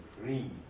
free